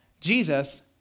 Jesus